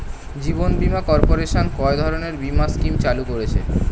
জীবন বীমা কর্পোরেশন কয় ধরনের বীমা স্কিম চালু করেছে?